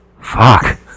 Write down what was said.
Fuck